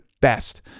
best